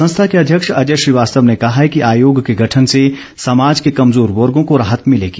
संस्था के अध्यक्ष अजय श्रीवास्तव ने कहा है कि आयोग के गठन से समाज के कमजोर वर्ग को राहत मिलेगी